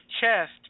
chest